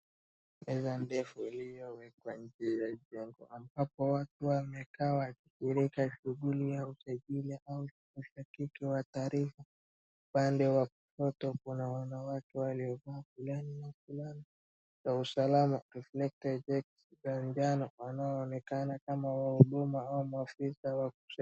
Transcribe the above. Meza ndefu iliyowekwa nje ya jengo, ambapo watu wamekaa wakienda kuhudhuria usajili au kijaza kitu wa taarifa pale wakiwa wote kuna na wanawake waliovalia fulani na fulana ya usalama reflector ya manjano wanaoonekana kama wahudumu au maafisa wa.